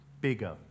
bigger